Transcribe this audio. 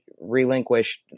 relinquished